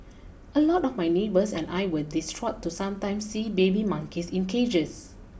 a lot of my neighbours and I were distraught to sometimes see baby monkeys in cages